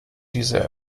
diese